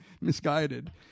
misguided